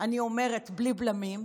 אני אומרת: בלי בלמים,